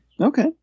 Okay